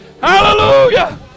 Hallelujah